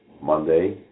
Monday